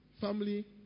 Family